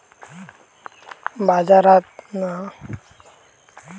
बाजारांतना आणल्यार कृषि रसायनांका फवारतत